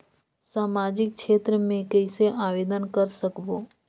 समाजिक क्षेत्र मे कइसे आवेदन कर सकबो?